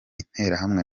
interahamwe